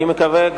אני מקווה,